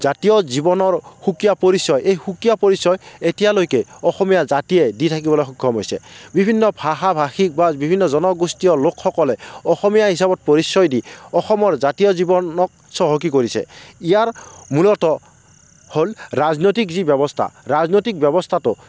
জাতীয় জীৱনৰ সুকীয়া পৰিচয় এই সুকীয়া পৰিচয় এতিয়ালৈকে অসমীয়া জাতিয়ে দি থাকিবলৈ সক্ষম হৈছে বিভিন্ন ভাষা ভাষিক বা বিভিন্ন জনগোষ্ঠীয় লোকসকলে অসমীয়া হিচাপত পৰিচয় দি অসমৰ জাতীয় জীৱনক চহকী কৰিছে ইয়াৰ মূলত হ'ল ৰাজনৈতিক যি ব্যৱস্থা ৰাজনৈতিক ব্যৱস্থাটো